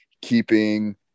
keeping